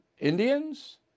Indians